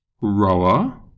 rower